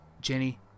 Jenny